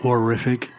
Horrific